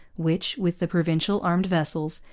which, with the provincial armed vessels,